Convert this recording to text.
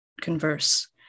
converse